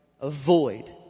Avoid